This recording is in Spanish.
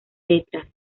letras